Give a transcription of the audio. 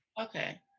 Okay